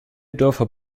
dörfer